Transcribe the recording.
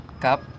Cap